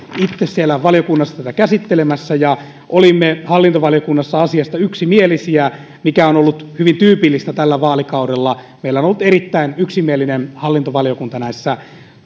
itse valiokunnassa tätä käsittelemässä ja olimme hallintovaliokunnassa asiasta yksimielisiä mikä on ollut hyvin tyypillistä tällä vaalikaudella meillä on ollut erittäin yksimielinen hallintovaliokunta näissä